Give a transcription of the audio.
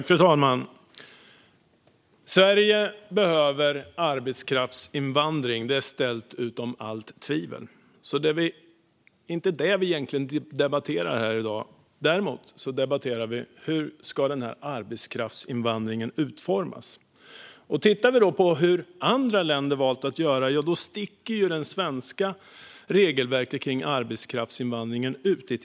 Fru talman! Sverige behöver arbetskraftsinvandring - det är ställt utom allt tvivel. Så det är egentligen inte det vi debatterar här i dag utan hur denna arbetskraftsinvandring ska utformas. Tittar vi på hur andra länder valt att göra sticker det svenska regelverket för arbetskraftsinvandring ut.